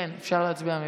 אפשר להצביע מפה.